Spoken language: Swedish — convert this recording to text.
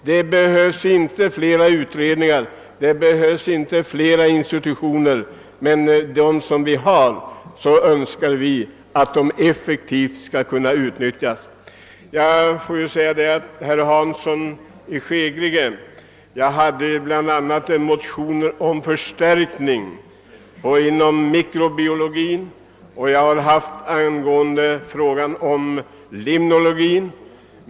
Det behövs inte fler utredningar, och det behövs inte fler institutioner. Men de institutioner vi har önskar vi skall kunna utnyttjas effektivt. Ett par ord till herr Hansson i Skegrie. Jag har väckt motioner om ytterligare tjänster inom mikrobiologin och även inom limnologin.